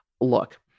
Look